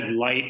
light